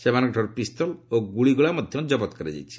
ସେମାନଙ୍କଠାରୁ ପିସ୍ତଲ ଓ ଗୁଳିଗୋଳା ମଧ୍ୟ ଜବତ କରାଯାଇଛି